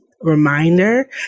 reminder